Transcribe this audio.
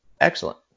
excellent